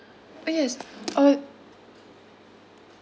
oh yes uh